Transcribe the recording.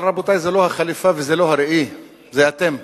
אבל, רבותי, זו לא החליפה וזה לא הראי, זה אתם,